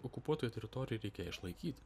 okupuotoj teritorijoj reikia išlaikyt